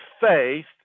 faith